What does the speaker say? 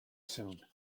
soon